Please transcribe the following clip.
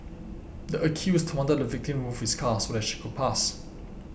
the accused wanted the victim to move his car so that she could pass